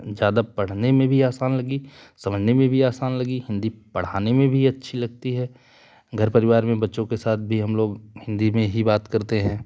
ज्यादा पढ़ने में भी आसान लगी समझने में भी आसान लगी हिंदी पढ़ाने में भी अच्छी लगती है घर परिवार में बच्चों के साथ भी हम लोग हिंदी में ही बात करते हैं